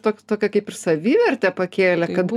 tok tokią kaip ir savivertę pakėlė kad